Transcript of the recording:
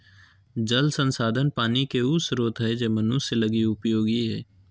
जल संसाधन पानी के उ स्रोत हइ जे मनुष्य लगी उपयोगी हइ